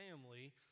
family